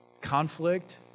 conflict